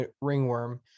ringworm